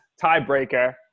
tiebreaker